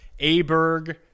Aberg